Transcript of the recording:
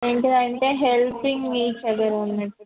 ఏంటి అంటే helping nature ఉంటుంది